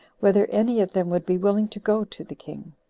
whether any of them would be willing to go to the king.